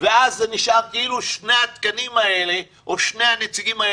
ואז נשארו כאילו שני הנציגים האלה בקואליציה.